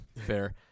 Fair